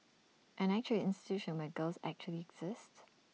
an actual institution where girls actually exist